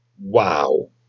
Wow